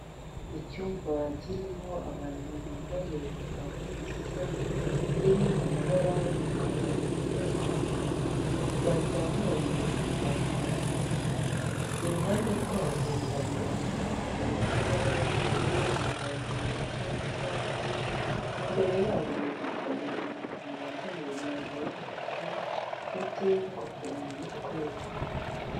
Icyumba kirimo abantu bambaye impuzangano zisa ziri mu mabara y'umukara ndetse n'umweru bazamuye ibiganza hejuru iruhande rwabo hari amadarapo mu ibara ry'ubururu, umuhondo ndetse n'icyatsi imbere yabo hicaye umuntu wambaye imyambaro y'umutuku ndetse n'ingofero mu mutwe.